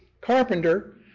carpenter